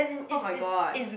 !oh-my-god!